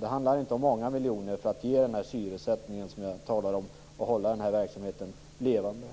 Det handlade inte om många miljoner för att ge den syrsättning som jag talat om och hålla denna verksamhet levande.